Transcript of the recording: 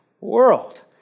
world